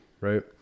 right